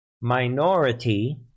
minority